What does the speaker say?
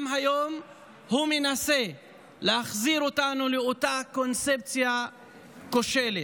גם היום הוא מנסה להחזיר אותנו לאותה קונספציה כושלת.